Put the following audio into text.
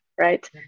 right